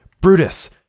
Brutus